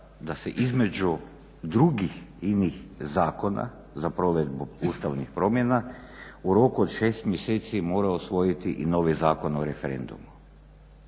da se između drugih inih zakona za provedbu Ustavni promjena u roku od 6 mjeseci mora usvojiti i novi Zakon o referendumu.